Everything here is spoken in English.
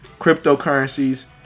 cryptocurrencies